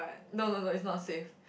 no no no is not safe